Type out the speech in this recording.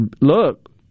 Look